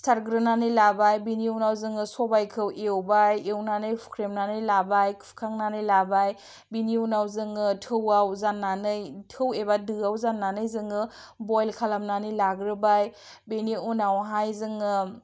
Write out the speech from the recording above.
सिथारग्रोनानै लाबाय बिनि उनाव जोङो सबाइखौ एवबाय एवनानै हुख्रेमनानै लाबाय खुखांनानै लाबाय बिनि उनाव जोङो थौवाव जाननानै थौ एबा दोआव जाननानै जोङो बयेल खालामनानै लाग्रोबाय बिनि उनावहाय जोङो